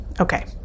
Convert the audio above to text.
Okay